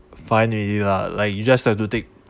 fine already lah like you just have to take